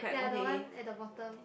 ya the one at the bottom